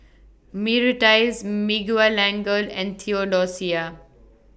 Myrtice Miguelangel and Theodosia